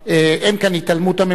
אין כאן התעלמות הממשלה.